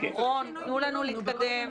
רון, תנו לנו להתקדם.